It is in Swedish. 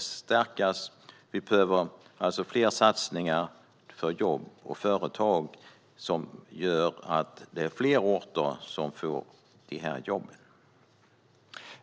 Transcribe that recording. stärkas. Vi behöver alltså fler satsningar för jobb och företag som gör att fler orter får dessa jobb.